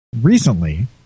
recently